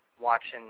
watching